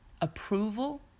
approval